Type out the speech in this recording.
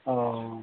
অঁ